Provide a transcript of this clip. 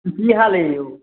कि हाल अइ यौ